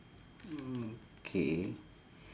mm K